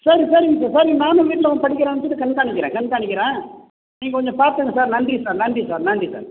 சரி சரிங்க சார் சரி நானும் வீட்டில் வந்து படிக்கிறானான்னு சொல்லிட்டு கண்காணிக்கிறேன் கண்காணிக்கிறேன் நீங்கள் கொஞ்சம் பார்த்துக்குங்க சார் நன்றி சார் நன்றி சார் நன்றி சார்